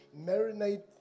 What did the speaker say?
marinate